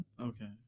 Okay